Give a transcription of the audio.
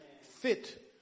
fit